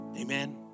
Amen